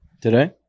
Today